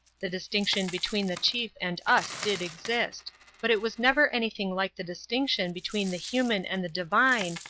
the distinction between the chief and us did exist but it was never anything like the distinction between the human and the divine,